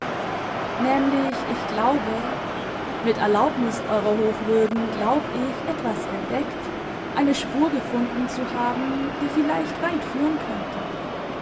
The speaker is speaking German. nämlich ich glaube mit erlaubnis eurer hochwürden glaub ich etwas entdeckt eine spur gefunden zu haben die vielleicht weit führen könnte